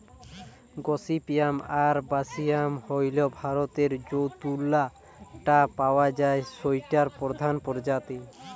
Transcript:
gossypium arboreum হইল ভারতরে যৌ তুলা টা পাওয়া যায় সৌটার প্রধান প্রজাতি